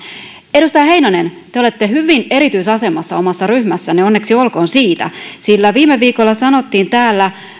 edustaja heinonen te te olette hyvin erityisasemassa omassa ryhmässänne onneksi olkoon siitä sillä viime viikolla sanottiin täällä